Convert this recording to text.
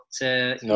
no